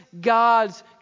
God's